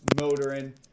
motoring